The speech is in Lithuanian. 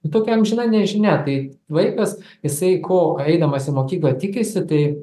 tokia amžina nežinia tai vaikas jisai ko eidamas į mokyklą tikisi tai